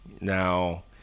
now